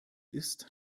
ist